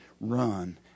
run